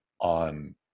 on